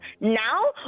now